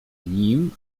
nim